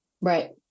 Right